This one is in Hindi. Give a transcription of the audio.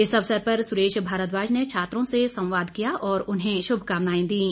इस अवसर पर सुरेश भारद्वाज ने छात्रों से संवाद किया और उन्हें श्भकामनाएं दीं